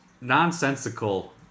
nonsensical